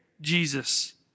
Jesus